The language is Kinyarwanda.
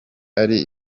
ari